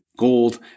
gold